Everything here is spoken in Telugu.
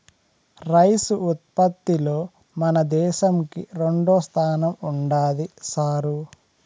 రైసు ఉత్పత్తిలో మన దేశంకి రెండోస్థానం ఉండాది సారూ